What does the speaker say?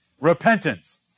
Repentance